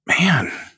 man